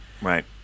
Right